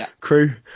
crew